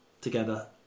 together